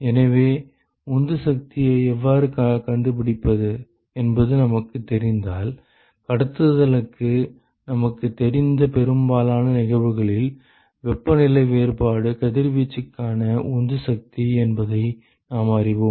எனவே உந்து சக்தியை எவ்வாறு கண்டுபிடிப்பது என்பது நமக்குத் தெரிந்தால் கடத்தலுக்கு நமக்குத் தெரிந்த பெரும்பாலான நிகழ்வுகளில் வெப்பநிலை வேறுபாடு கதிர்வீச்சுக்கான உந்து சக்தி என்பதை நாம் அறிவோம்